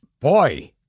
Boy